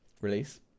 release